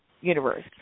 universe